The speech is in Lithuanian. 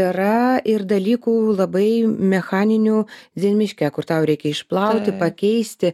yra ir dalykų labai mechaninių dzen miške kur tau reikia išplauti pakeisti